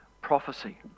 prophecy